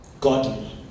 Godly